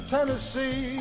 Tennessee